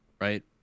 right